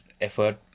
effort